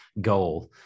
goal